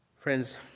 friends